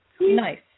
Nice